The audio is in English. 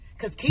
Cause